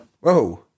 whoa